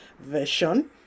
version